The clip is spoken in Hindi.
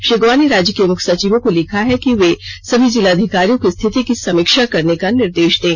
श्री गौबा ने राज्य के मुख्य सचिवों को लिखा है कि वे सभी जिलाधिकारियों को रिथति की समीक्षा करने का निर्देष दें